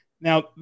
Now